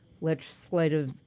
legislative